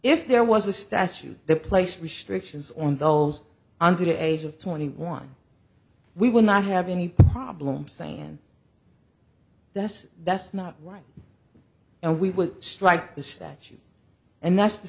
if there was a statute that place restrictions on those under the age of twenty one we would not have any problem saying that that's not right and we will strike the statute and that's the